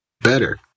better